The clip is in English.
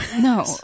No